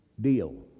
deal